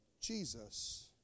Jesus